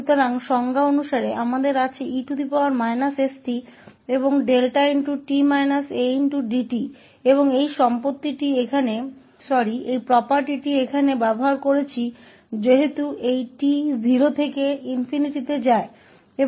इसलिए परिभाषा के अनुसार हमारे पास e st और 𝛿𝑡 − 𝑎𝑑𝑡 हैं और इस गुण का उपयोग यहां करते हैं क्योंकि यह t 0 से ∞ तक जाता है